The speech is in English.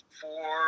four